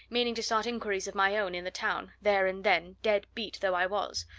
meaning to start inquiries of my own in the town, there and then, dead-beat though i was.